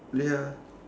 ya